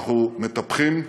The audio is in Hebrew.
אנחנו מטפחים בהתמדה,